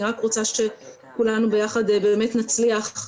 אני רק רוצה שכולנו ביחד באמת נצליח,